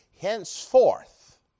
Henceforth